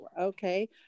okay